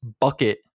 bucket